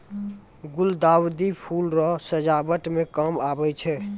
गुलदाउदी फूल रो सजावट मे काम आबै छै